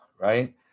right